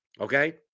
Okay